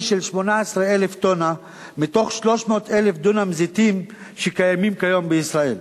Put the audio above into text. של 18,000 טונה מ-300,000 דונם זיתים שקיימים כיום בישראל.